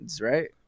right